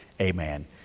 Amen